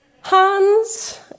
Hans